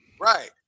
Right